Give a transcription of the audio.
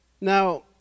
Now